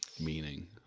meaning